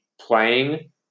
playing